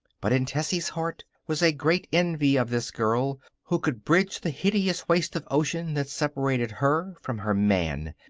but in tessie's heart was a great envy of this girl who could bridge the hideous waste of ocean that separated her from her man.